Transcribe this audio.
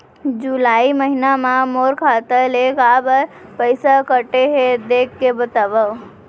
जुलाई महीना मा मोर खाता ले काबर पइसा कटे हे, देख के बतावव?